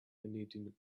knitting